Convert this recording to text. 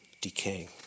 decaying